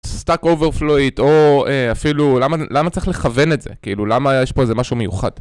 סטאק אוברפלואית, או אפילו... למה צריך לכוון את זה? כאילו, למה יש פה איזה משהו מיוחד?